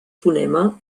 fonema